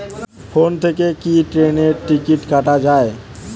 Phone থেকে কি ট্রেনের টিকিট কাটা য়ায়?